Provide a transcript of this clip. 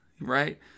right